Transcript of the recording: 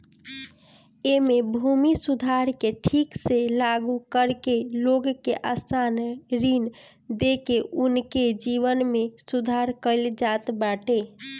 एमे भूमि सुधार के ठीक से लागू करके लोग के आसान ऋण देके उनके जीवन में सुधार कईल जात बाटे